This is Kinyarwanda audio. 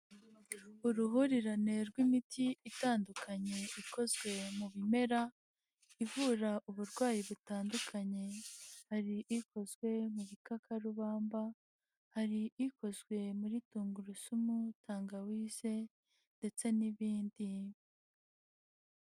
Uruhurirane rw'imiti itandukanye ikozwe mu bimera, ivura uburwayi butandukanye, hari ikozwe mu gikakarubamba, hari ikozwe muri tungurusumu, tangawize ndetse n'ibindi.